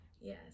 yes